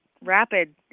rapid